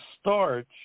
starch